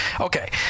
Okay